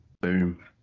boom